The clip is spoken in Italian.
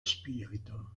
spirito